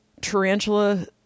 tarantula